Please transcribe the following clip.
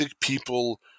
people –